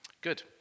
Good